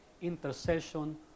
intercession